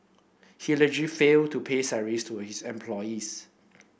he allegedly failed to pay salaries to his employees